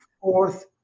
Fourth